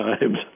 times